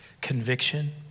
conviction